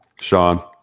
Sean